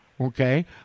Okay